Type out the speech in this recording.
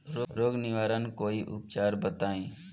रोग निवारन कोई उपचार बताई?